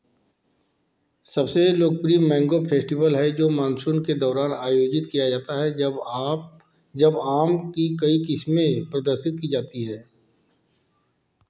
सबसे लोकप्रिय mango festival है जो मानसून के दौरान आयोजित किया जाता है जब आप आम की कई किस्में प्रदर्शित की जाती है